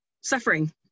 suffering